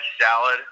salad